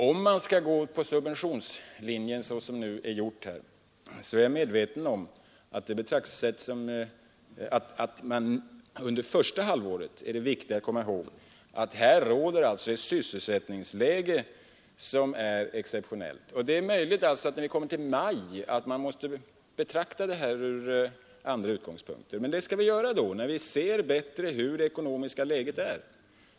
Om man skall följa subventionslinjen, som man nu gör, är det under första halvåret viktigt att komma ihåg att vi har ett sysselsättningsläge som är exceptionellt. Det är möjligt att vi, när vi kommer till maj, måste betrakta detta från andra utgångspunkter. Men det skall vi göra när vi bättre ser hur det ekonomiska läget är.